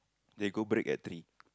they go break at three